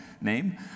name